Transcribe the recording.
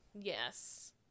Yes